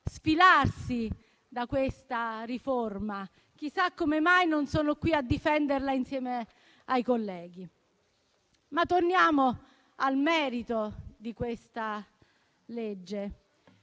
sfilarsi dalla riforma. Chissà come mai non sono qui a difenderla insieme ai colleghi. Tornando al merito di questa legge,